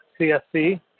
CSC